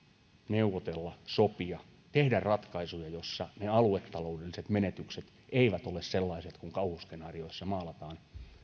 neuvotella sopia tehdä ratkaisuja joissa ne aluetaloudelliset menetykset eivät ole sellaiset kuin kauhuskenaarioissa maalataan